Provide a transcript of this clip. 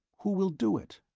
who will do it?